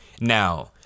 now